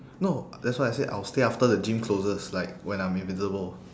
no that's why I say I will stay after the gym closes like when I'm invisible